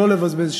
לא לבזבז שנייה.